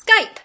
Skype